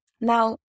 Now